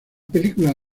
película